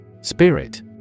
Spirit